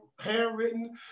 handwritten